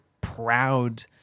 proud